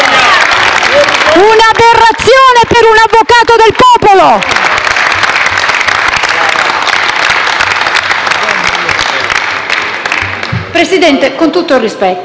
Un'aberrazione per un avvocato del popolo!